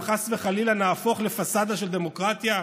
חס וחלילה נהפוך לפסאדה של דמוקרטיה,